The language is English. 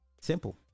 Simple